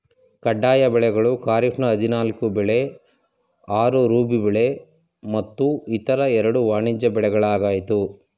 ಕಡ್ಡಾಯ ಬೆಳೆಗಳು ಖಾರಿಫ್ನ ಹದಿನಾಲ್ಕು ಬೆಳೆ ಆರು ರಾಬಿ ಬೆಳೆ ಮತ್ತು ಇತರ ಎರಡು ವಾಣಿಜ್ಯ ಬೆಳೆಗಳಾಗಯ್ತೆ